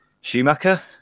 Schumacher